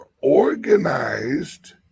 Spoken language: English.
organized